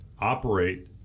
Operate